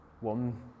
one